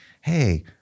hey